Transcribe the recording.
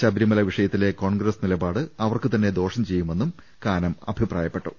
ശബരിമല വിഷയത്തിലെ കോൺഗ്രസ് നിലപാട് അവർക്ക് തന്നെ ദോഷം ചെയ്യുമെന്നും കാനം അറിയിച്ചു